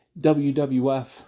WWF